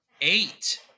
eight